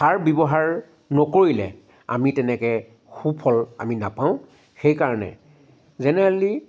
সাৰ ব্যৱহাৰ নকৰিলে আমি তেনেকৈ সুফল আমি নাপাওঁ সেইকাৰণে জেনেৰেলি